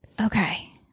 Okay